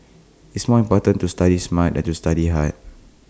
it's more important to study smart than to study hard